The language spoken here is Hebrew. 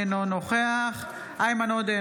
אינו נוכח איימן עודה,